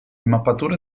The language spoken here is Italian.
mappature